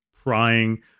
prying